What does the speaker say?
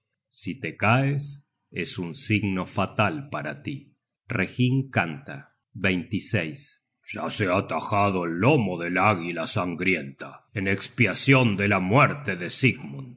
si te caes es un signo fatal para tí reginn canta ya se ha tajado el lomo del águila sangrienta en espiacion de la muerte de sigmund